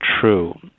true